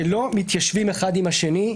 שלא מתיישבים אחד עם השני,